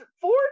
four